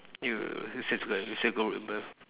you this is good you still go remember